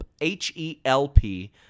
H-E-L-P